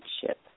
ship